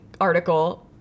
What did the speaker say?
article